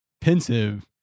pensive